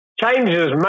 changes